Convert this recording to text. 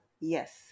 yes